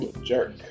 jerk